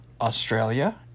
Australia